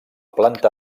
planta